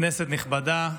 כנסת נכבדה,